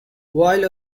while